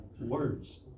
Words